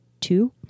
two